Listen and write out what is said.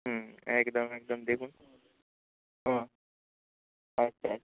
হুম একদম একদম দেখুন হুম আচ্ছা আচ্ছা